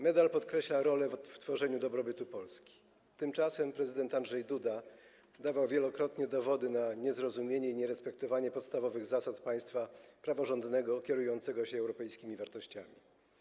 Medal podkreśla rolę w tworzeniu dobrobytu Polski, tymczasem prezydent Andrzej Duda dawał wielokrotnie dowody niezrozumienia, nierespektowania podstawowych zasad państwa praworządnego, kierującego się europejskimi wartościami.